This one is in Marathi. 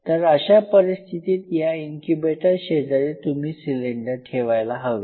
तर अशा परिस्थितीत या इन्क्युबेटर शेजारी तुम्ही सिलेंडर ठेवायला हवे